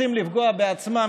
רוצים לפגוע בעצמם?